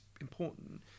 important